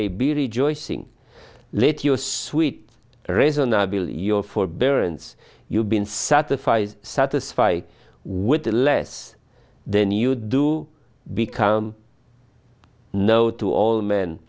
a beauty joy sing let your sweet reasonable your forbearance you've been satisfied satisfied with the less than you do become know to all men